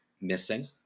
missing